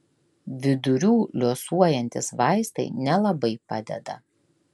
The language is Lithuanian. vidurių liuosuojantys vaistai nelabai padeda